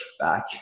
back